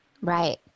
right